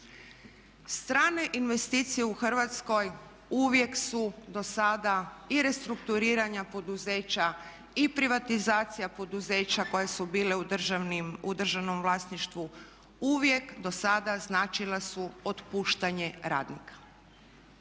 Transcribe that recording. Strane investicije u Hrvatskoj uvijek su dosada i restrukturiranje poduzeća i privatizacija poduzeća koja su bila u državnom vlasništvu uvijek dosada značila su otpuštanje radnika.